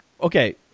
Okay